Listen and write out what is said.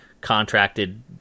contracted